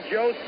Joe